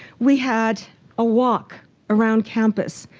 we had a walk around campus.